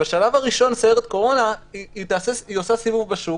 בשלב הראשון סיירת קורונה עושה סיבוב בשוק